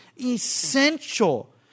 essential